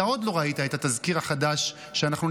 אתה עוד לא ראית את התזכיר החדש שנפרסם,